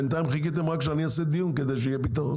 בינתיים חיכיתם שאני אעשה דיון כדי שיהיה פתרון,